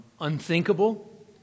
unthinkable